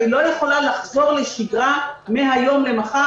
אני לא יכולה לחזור לשגרה מהיום למחר